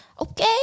okay